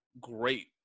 great